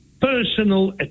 personal